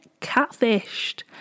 catfished